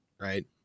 right